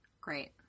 Great